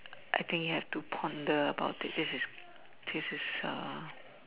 I think you have to ponder about it this is this is uh